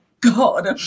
God